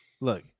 Look